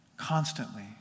constantly